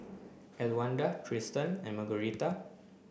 Elwanda Tristan and Margueritta